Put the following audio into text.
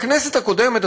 בכנסת הקודמת,